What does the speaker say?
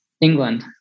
England